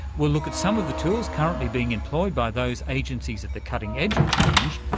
we'll look at some of the tools currently being employed by those agencies at the cutting edge of change,